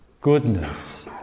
goodness